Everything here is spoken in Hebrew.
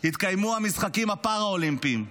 יתקיימו המשחקים הפאראלימפיים.